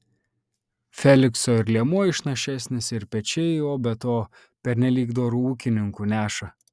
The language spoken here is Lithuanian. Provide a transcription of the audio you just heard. felikso ir liemuo išnašesnis ir pečiai o be to pernelyg doru ūkininku neša